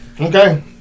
Okay